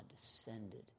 descended